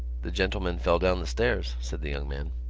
the gentleman fell down the stairs, said the young man.